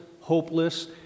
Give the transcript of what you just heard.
hopeless